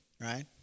right